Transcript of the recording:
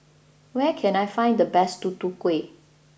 where can I find the best Tutu Kueh